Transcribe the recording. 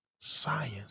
science